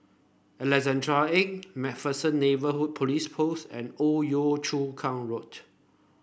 Alexandra Lane MacPherson Neighbourhood Police Post and Old Yio Chu Kang Road